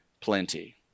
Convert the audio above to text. plenty